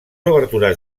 obertures